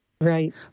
Right